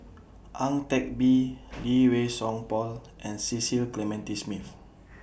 Ang Teck Bee Lee Wei Song Paul and Cecil Clementi Smith